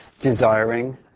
desiring